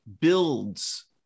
builds